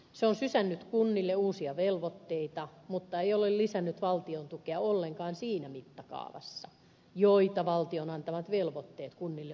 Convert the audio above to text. se on sysännyt kunnille uusia velvoitteita mutta ei ole lisännyt valtion tukea ollenkaan siinä mittakaavassa mitä valtion antamat velvoitteet kunnille olisivat edellyttäneet